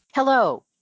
Hello